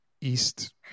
East